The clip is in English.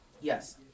Yes